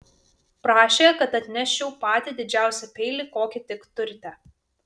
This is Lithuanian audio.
prašė kad atneščiau patį didžiausią peilį kokį tik turite